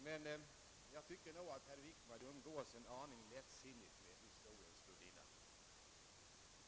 Men jag tycker att herr Wickman umgås en anning lättsinningt med historiens gudinna.